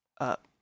up